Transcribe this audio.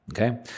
Okay